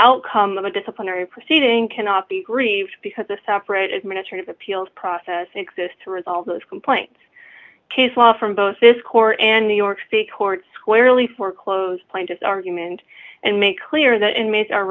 outcome of the disciplinary proceedings cannot be grieved because a separate administrative appeals process exist to resolve those complaints case law from both this court and new york's the court squarely for close plaintiffs argument and make clear that inmates are